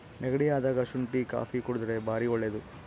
ನೆಗಡಿ ಅದಾಗ ಶುಂಟಿ ಕಾಪಿ ಕುಡರ್ದೆ ಬಾರಿ ಒಳ್ಳೆದು